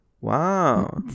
wow